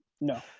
No